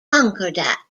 concordat